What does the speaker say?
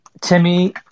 Timmy